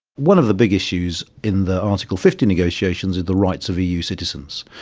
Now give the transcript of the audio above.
one of the big issues in the article fifty negotiations are the rights of eu citizens,